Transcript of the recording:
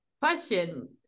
question